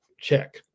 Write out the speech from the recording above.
check